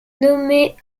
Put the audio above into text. nommée